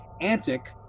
Antic